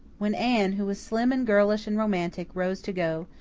when anne, who was slim and girlish and romantic, rose to go,